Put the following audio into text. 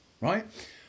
right